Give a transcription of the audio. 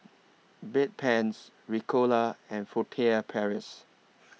Bedpans Ricola and Furtere Paris